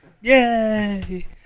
yay